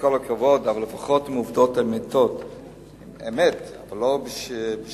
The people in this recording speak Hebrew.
אבל לפחות אם העובדות הן אמת ולא שקר.